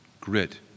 Grit